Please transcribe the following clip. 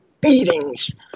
beatings